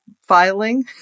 filing